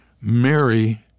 Mary